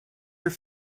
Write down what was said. your